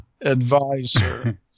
advisor